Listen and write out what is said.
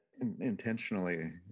intentionally